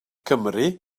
cymry